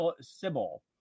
Sybil